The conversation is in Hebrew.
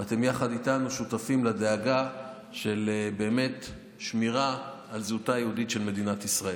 ואתם יחד איתנו שותפים לדאגה של שמירה על זהותה היהודית של מדינת ישראל.